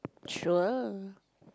sure